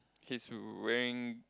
he's wearing